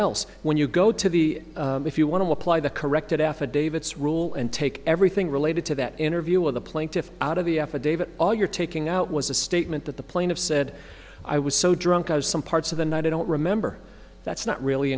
else when you go to the if you want to apply the corrected affidavits rule and take everything related to that interview with the plaintiff out of the affidavit all you're taking out was a statement that the plane of said i was so drunk i was some parts of the night i don't remember that's not really